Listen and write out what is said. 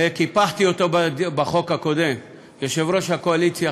וקיפחתי אותו בחוק הקודם יושב-ראש הקואליציה,